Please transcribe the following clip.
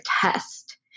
test